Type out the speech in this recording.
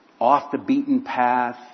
off-the-beaten-path